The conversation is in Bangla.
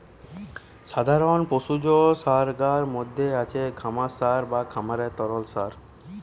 সাধারণ পশুজ সারগার মধ্যে আছে খামার সার বা খামারের তরল সার